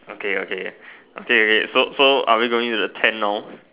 okay okay okay wait so so are we going to the tent now